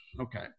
Okay